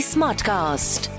Smartcast